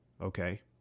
Okay